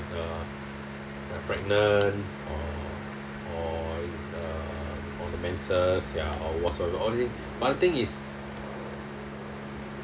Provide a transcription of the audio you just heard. uh uh pregnant or or uh or the menses ya or whatsoever all these but the thing is